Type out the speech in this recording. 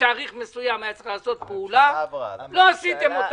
בתאריך מסוים היה צריך לעשות פעולה לא עשיתם אותה.